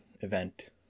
event